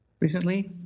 recently